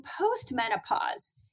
post-menopause